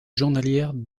journalière